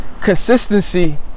consistency